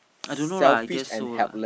I don't know lah I guess so lah